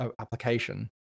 application